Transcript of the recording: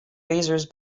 razors